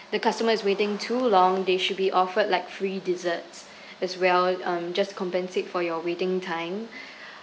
the customer is waiting too long they should be offered like free desserts as well um just compensate for your waiting time